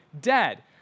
dead